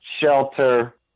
shelter